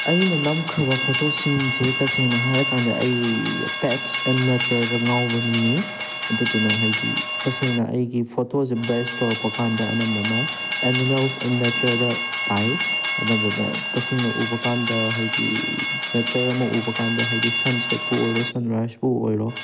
ꯑꯩꯅ ꯅꯝꯈ꯭ꯔꯕ ꯐꯣꯇꯣꯁꯤꯡꯁꯦ ꯇꯁꯦꯡꯅ ꯍꯥꯏꯔ ꯀꯥꯟꯗ ꯑꯩ ꯄꯦꯠꯁ ꯑꯦꯟ ꯅꯦꯆꯔꯗ ꯉꯥꯎꯕ ꯃꯤꯅꯤ ꯑꯗꯨꯗꯨꯅ ꯍꯥꯏꯗꯤ ꯇꯁꯦꯡꯅ ꯑꯩꯒꯤ ꯐꯣꯇꯣꯁꯦ ꯕꯦꯖ ꯇꯧꯔꯛꯄ ꯀꯥꯟꯗ ꯑꯅꯝꯕꯅ ꯑꯦꯅꯤꯃꯦꯜꯁ ꯑꯦꯟ ꯅꯦꯆꯔꯗ ꯇꯥꯏ ꯑꯅꯝꯕꯅ ꯇꯁꯦꯡꯅ ꯎꯕ ꯀꯥꯟꯗ ꯍꯥꯏꯗꯤ ꯅꯦꯆꯔ ꯑꯃ ꯎꯕ ꯀꯥꯟꯗ ꯍꯥꯏꯗꯤ ꯁꯟ ꯁꯦꯠꯄꯨ ꯑꯣꯏꯔꯣ ꯁꯟ ꯔꯥꯏꯖꯄꯨ ꯑꯣꯏꯔꯣ